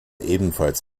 ebenfalls